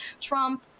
Trump